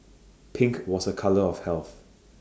pink was A colour of health